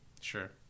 sure